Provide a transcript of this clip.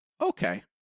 okay